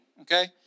okay